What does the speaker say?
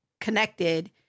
connected